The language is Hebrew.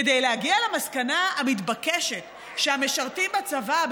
כדי להגיע למסקנה המתבקשת שהמשרתים בצבא,